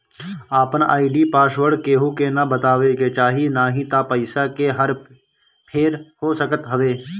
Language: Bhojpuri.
आपन आई.डी पासवर्ड केहू के ना बतावे के चाही नाही त पईसा के हर फेर हो सकत हवे